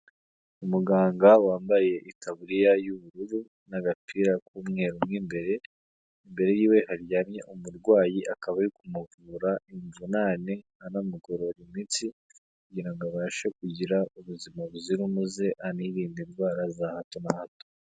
Umuganga wambaye itaburiya y'ubururu n'agapira k'umweru mu imbere, imbere yiwe haryamye umurwayi akaba amuavunane anamugorora imitsi kugira ngo abashe kugira ubuzima buzira umuze, anirinde indwara za hato na hato.